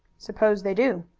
suppose they do.